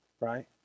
right